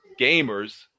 gamers